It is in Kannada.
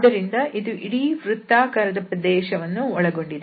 ಆದ್ದರಿಂದ ಇದು ಇಡೀ ವೃತ್ತಾಕಾರದ ಪ್ರದೇಶವನ್ನು ಒಳಗೊಂಡಿದೆ